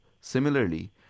Similarly